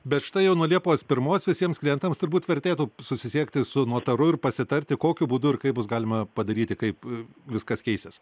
bet štai jau nuo liepos pirmos visiems klientams turbūt vertėtų susisiekti su notaru ir pasitarti kokiu būdu ir kaip bus galima padaryti kaip viskas keisis